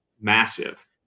massive